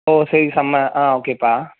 ஓ சரி செம ஆ ஓகேப்பா